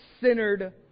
centered